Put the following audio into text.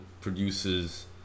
produces